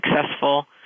successful